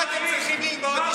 אם אתם צריכים ללמוד,